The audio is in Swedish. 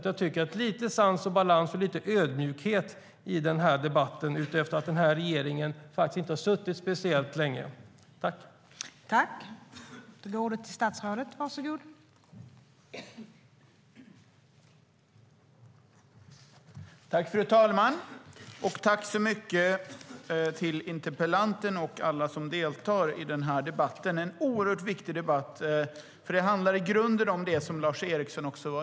Jag tycker att vi kan ha lite sans och balans och ödmjukhet i den här debatten utefter att regeringen faktiskt inte har suttit speciellt länge.